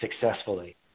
successfully